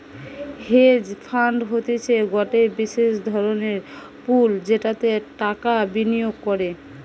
hedge fund হতিছে গটে বিশেষ ধরণের পুল যেটাতে টাকা বিনিয়োগ করে